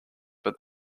but